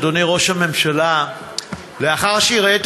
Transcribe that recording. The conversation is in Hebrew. חבר הכנסת